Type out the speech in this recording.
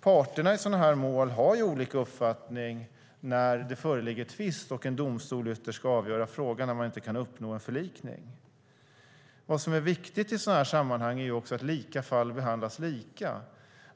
Parterna i sådana här mål har olika uppfattning när det föreligger tvist och en domstol ytterst ska avgöra frågan när man inte kan uppnå en förlikning. Vad som är viktigt i sådana här sammanhang är också att lika fall behandlas lika.